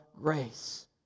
grace